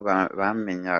bamenya